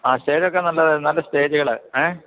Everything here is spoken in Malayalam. ആ സ്റ്റേജൊക്കെ നല്ലതായിരുന്നു നല്ല സ്റ്റേജുകള് ഏ